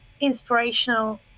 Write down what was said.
inspirational